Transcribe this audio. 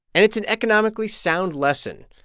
and it's an economically sound lesson.